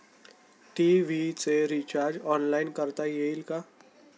TV चे recharge online करता येईल का?